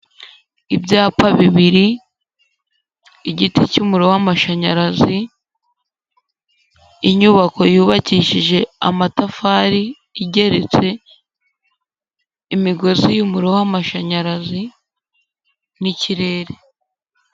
Ibyapa bibiri, igiti cy'umuriro w'amashanyarazi, inyubako yubakishije amatafari igeretse, imigozi y'umuriro w'amashanyarazi n'ikirere.